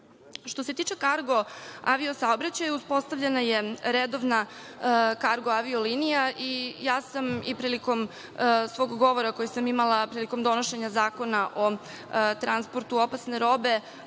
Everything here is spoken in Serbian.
se tiče kargo avio-saobraćaja, uspostavljena je redovna kargo avio linija i ja sam i prilikom svog govora koji sam imala prilikom donošenja Zakona o transportu opasne robe